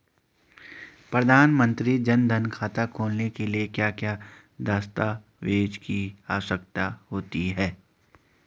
प्रधानमंत्री जन धन खाता खोलने के लिए क्या क्या दस्तावेज़ की आवश्यकता होती है?